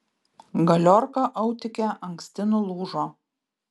galiorka autike anksti nulūžo